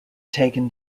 taken